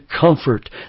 comfort